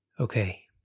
Okay